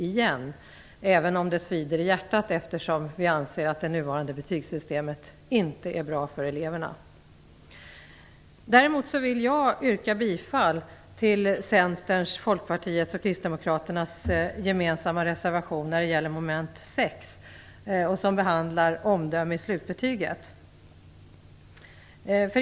Vi tycker så även om det svider i hjärtat, eftersom vi anser att det nuvarande betygssystemet inte är bra för eleverna. Däremot vill jag yrka bifall till Centerns, Folkpartiets och Kristdemokraternas gemensamma reservation under mom. 6, som gäller omdöme i slutbetyget.